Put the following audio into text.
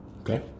okay